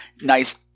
nice